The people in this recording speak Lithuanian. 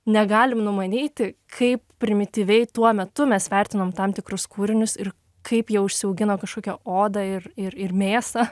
negalim numanyti kaip primityviai tuo metu mes vertinom tam tikrus kūrinius ir kaip jie užsiaugino kažkokią odą ir ir mėsą